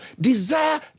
desire